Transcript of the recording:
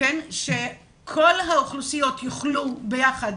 שכל האוכלוסיות יוכלו ללמוד ביחד.